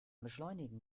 beschleunigen